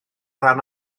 rhan